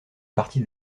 parti